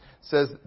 says